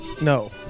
No